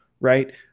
right